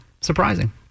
Surprising